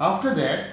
after that